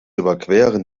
überqueren